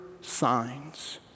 signs